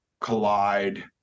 collide